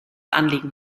anliegen